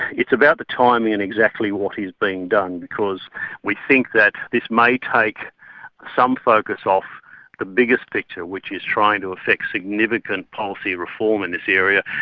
it's about the timing and exactly what is being done because we think that this may take some focus off the biggest picture, which is trying to affect significant policy reform in this area.